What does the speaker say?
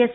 S